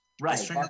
right